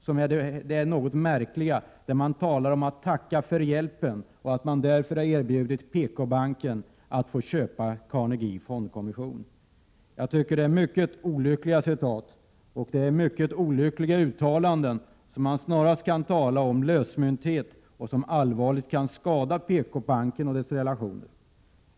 Hans uttalanden är mycket märkliga. Han talade om att ”Penser ville ”tacka för hjälpen” och erbjöd PKbanken att köpa Carnegie”. Det var mycket olyckliga uttalanden som finansministern gjorde. Man kan t.o.m. tala om lösmynthet. Dessa uttalanden kan allvarligt skada PKbanken och dess relationer.